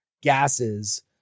gases